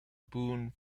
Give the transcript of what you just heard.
boone